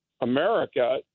America